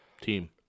Team